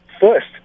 first